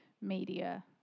media